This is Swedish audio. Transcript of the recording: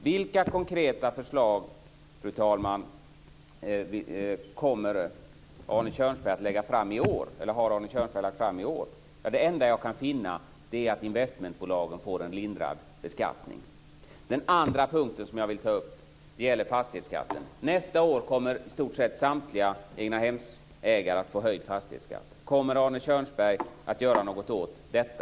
Vilka konkreta förslag, fru talman, har Arne Kjörnsberg lagt fram i år? Det enda jag kan finna är att investmentbolagen får en lindrad beskattning. Den andra punkten som jag vill ta upp gäller fastighetsskatten. Nästa år kommer i stort sett samtliga egnahemsägare att få höjd fastighetsskatt. Kommer Arne Kjörnsberg att göra något åt detta?